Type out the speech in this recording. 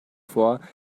vor